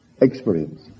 experience